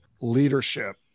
leadership